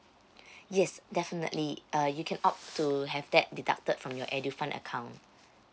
yes definitely uh you can opt to have that deduct from your edufund account